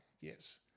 Yes